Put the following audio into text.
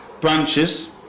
branches